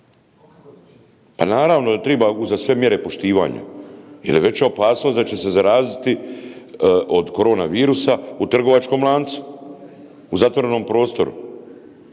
pa naravno da triba uza sve mjere poštivanja jer je veća opasnost da će se zaraziti od korona virusa u trgovačkom lancu u zatvorenom prostoru,